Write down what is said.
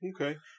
Okay